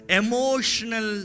emotional